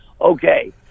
Okay